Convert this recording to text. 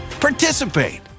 participate